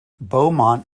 beaumont